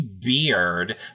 beard